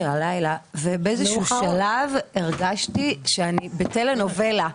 הלילה ובאיזשהו שלב הרגשתי שאני בטלנובלה.